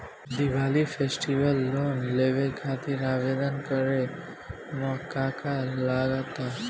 Diwali festival loan लेवे खातिर आवेदन करे म का का लगा तऽ?